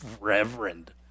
Reverend